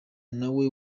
nawe